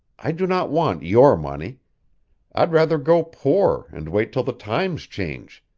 i do not want your money i'd rather go poor and wait till the times change.